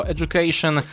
Education